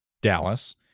Dallas